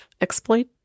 Exploit